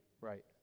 Right